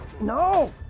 No